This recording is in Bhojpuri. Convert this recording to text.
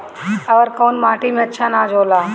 अवर कौन माटी मे अच्छा आनाज होला?